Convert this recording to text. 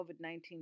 COVID-19